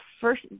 first